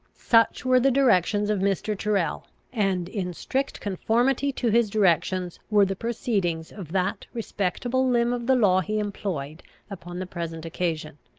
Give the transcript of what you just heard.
such were the directions of mr. tyrrel, and in strict conformity to his directions were the proceedings of that respectable limb of the law he employed upon the present occasion.